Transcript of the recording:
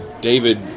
David